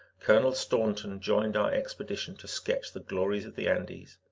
colonel staunton joined our expedition to sketch the glories of the andes,